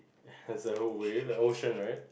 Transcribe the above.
has a whole wave ocean right